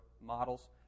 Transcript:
models